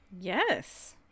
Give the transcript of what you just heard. Yes